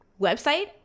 website